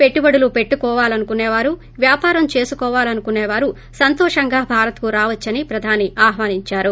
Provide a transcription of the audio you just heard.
పెట్టుబడులు పెట్టాలనుకునేవారు వ్యాపారం చేసుకోవాలనుకునేవారు సంతోషంగా ్భారత్కు రావచ్చునని ప్రధాని ఆహోనించారు